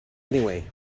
anyway